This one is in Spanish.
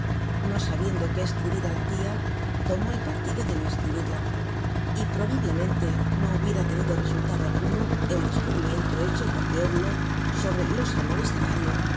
no sabiendo qué escribir á la tia tomó el partido de no escribirla y probablemente no hubiera tenido resultado alguno el descubrimiento hecho por teodulo sobre los amores de mario